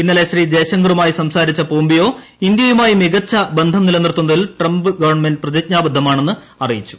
ഇന്നലെ ശ്രീ ജയ്ശങ്കറുമായി സംസാരിച്ച പോംപിയോ ഇന്ത്യയുമായി മികച്ച ബന്ധം നിലനിർത്തുന്നതിൽ ട്രംപ് ഗവൺമെന്റ് പ്രതിജ്ഞാബന്ധമാണെന്ന് അറിയിച്ചു